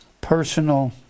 personal